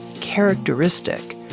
characteristic